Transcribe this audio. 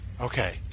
Okay